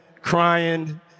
crying